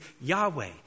Yahweh